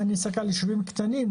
אם אני מסתכל על יישובים קטנים,